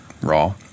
raw